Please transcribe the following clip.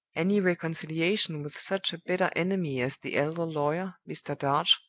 any reconciliation with such a bitter enemy as the elder lawyer, mr. darch,